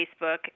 Facebook